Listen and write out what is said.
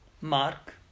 Mark